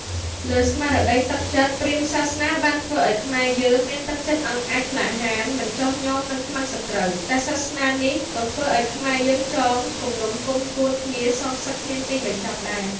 លើស្មារតីទឹកចិត្ត ព្រាហ្មសាសនាបានធ្វើឱ្យខ្មែរយើងមានទឹកចិត្តអង់អាច ក្លាហាន មិនចុះញ៉មនឹងខ្មាំងសត្រូវ តែសាសនានេះក៏ធ្វើឱ្យខ្មែរយើងចង គំនុំគំគួនគ្នា សងសឹក គ្មានទីបញ្ចប់ដែរ។